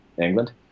England